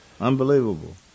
Unbelievable